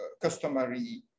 customary